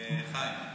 חיים.